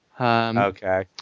Okay